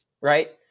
right